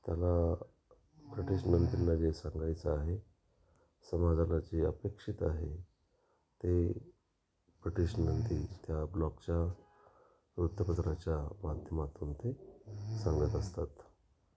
त्याला ब्रिटिश नंदींना जे सांगायचं आहे समाजाला जे अपेक्षित आहे ते ब्रिटिश नंदी त्या ब्लॉगच्या वृत्तपत्राच्या माध्यमातून ते सांगत असतात